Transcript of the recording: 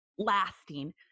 lasting